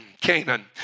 canaan